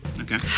Okay